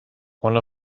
one